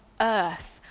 earth